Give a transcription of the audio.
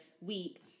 week